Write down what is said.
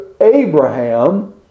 Abraham